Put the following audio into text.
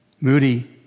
Moody